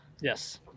Yes